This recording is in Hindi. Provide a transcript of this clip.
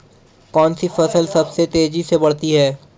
कौनसी फसल सबसे तेज़ी से बढ़ती है?